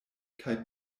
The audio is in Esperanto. kaj